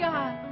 God